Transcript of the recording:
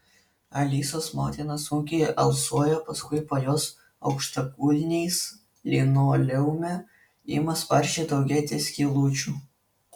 alisos motina sunkiai alsuoja paskui po jos aukštakulniais linoleume ima sparčiai daugėti skylučių